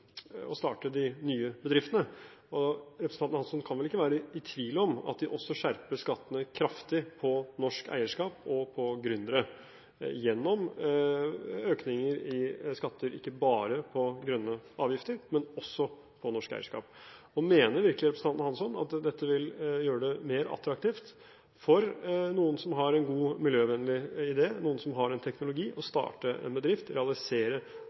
de nye bedriftene. Representanten Hansson kan vel ikke være i tvil om at de også skjerper skattene kraftig på norsk eierskap og for gründere gjennom økninger i skatter ikke bare på grønne avgifter, men også på norsk eierskap. Mener virkelig representanten Hansson at dette vil gjøre det mer attraktivt for noen som har en god, miljøvennlig idé, noen som har en teknologi, å starte en bedrift, realisere